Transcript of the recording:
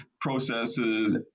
processes